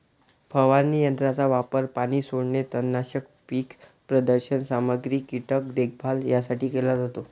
फवारणी यंत्राचा वापर पाणी सोडणे, तणनाशक, पीक प्रदर्शन सामग्री, कीटक देखभाल यासाठी केला जातो